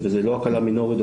וזה לא הקלה מינורית,